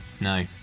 No